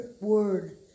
word